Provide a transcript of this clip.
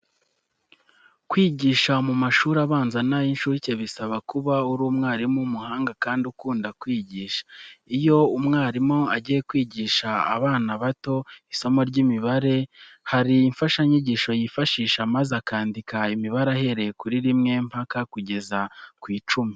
Kwigisha mu mashuri abanza n'ay'inshuke bisaba kuba uri umwarimu w'umuhanga kandi ukunda kwigisha. Iyo umwarimu agiye kwigisha aba bana bato isomo ry'imibare, hari imfashanyigisho yifashisha maze akandika imibare ahereye kuri rimwe mpaka akageza ku icumi.